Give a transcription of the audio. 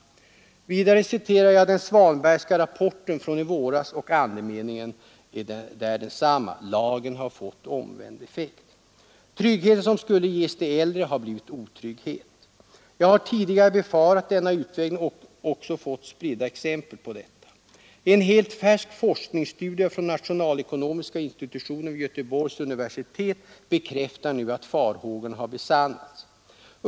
Vidare citerar jag den Svanbergska rapporten från i våras och andemeningen är där densamma, lagen har fått omvänd effekt. Den trygghet som skulle ges de äldre har blivit otrygghet. Jag har tidigare befarat denna utveckling och även fått spridda exempel på den. En helt färsk forskningsstudie från nationalekonomiska institutionen vid Göteborgs universitet bekräftar nu att farhågorna har besannats.